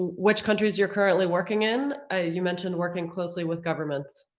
which countries you're currently working in? ah you mentioned working closely with governments.